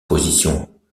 position